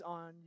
on